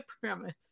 premise